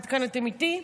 עד כאן אתם איתי?